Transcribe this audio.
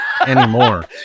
Anymore